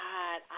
God